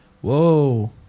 Whoa